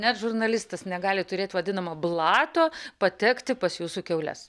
net žurnalistas negali turėt vadinamo blato patekti pas jūsų kiaules